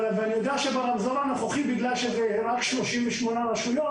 אני יודע שברמזור הנוכחי, בגלל שאלה רק 38 רשויות,